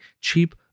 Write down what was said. cheap